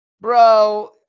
Bro